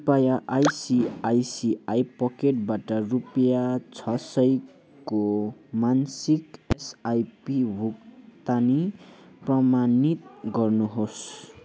कृपया आइसिआइसिआई पकेटबाट रुपियाँ छ सयको मासिक एसआइपी भुक्तानी प्रमाणित गर्नुहोस्